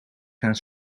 gaan